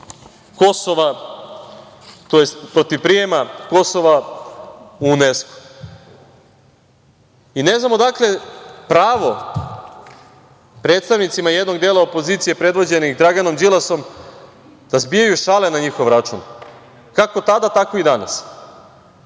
Kosova tj. protiv prijema Kosova u UNESKO.Ne znam odakle pravo predstavnicima jednog dela opozicije predvođenih Draganom Đilasom da zbijaju šale na njihov račun, kako tada tako i danas,